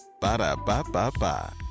Ba-da-ba-ba-ba